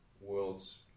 worlds